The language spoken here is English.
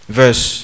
verse